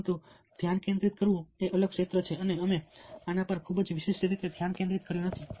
પરંતુ ધ્યાન કેન્દ્રિત કરવું એ એક અલગ ક્ષેત્ર છે અને અમે આના પર ખૂબ જ વિશિષ્ટ રીતે ધ્યાન કેન્દ્રિત કર્યું નથી